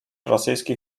rosyjski